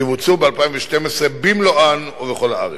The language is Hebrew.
יבוצעו ב-2012 במלואן ובכל הארץ.